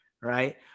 Right